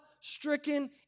stricken